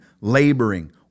laboring